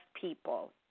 people